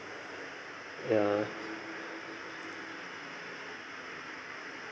ya